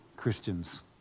Christians